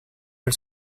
ver